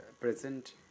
present